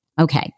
Okay